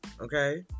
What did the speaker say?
Okay